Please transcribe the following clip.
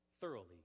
thoroughly